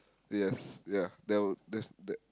yes ya that would that's that